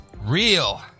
real